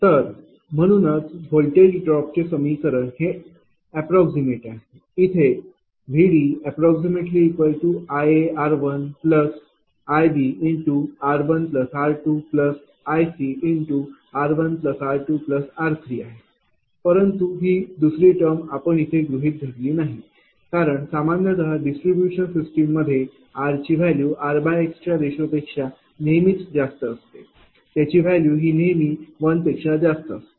तर म्हणूनच voltage drop चे समीकरण हे अप्राक्समैट आहे इथेiAr1iBr1r2iCr1r2r3 आहे परंतु ही दुसरी टर्म आपण इथे गृहीत धरली नाही कारण सामान्यतः डिस्ट्रीब्यूशन सिस्टीम मध्ये या r ची वैल्यू rx च्या रेशो पेक्षा नेहमीच जास्त असते त्याची वैल्यू ही नेहमी 1 पेक्षा जास्त असते